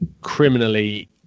criminally